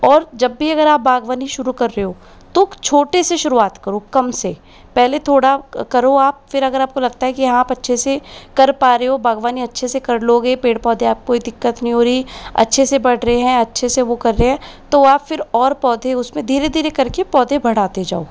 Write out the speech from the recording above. और जब भी अगर आप बागवानी शुरू कर रहे हो तो छोटे से शुरुआत करो कम से पहले थोड़ा करो आप फिर अगर आपको लगता है कि आप अच्छे से कर पा रहे हो बागवानी अच्छे से कर लोगे पेड़ पौधे आपको कोई दिक्कत नहीं हो रही अच्छे से बढ़ रहे हैं अच्छे से वह कर रहे हैं तो आप फिर और पौधे उसमें धीरे धीरे कर के पौधें बढ़ाते जाओ